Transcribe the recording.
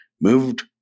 Moved